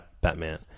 Batman